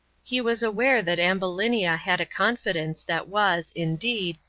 he was aware that ambulinia had a confidence that was, indeed,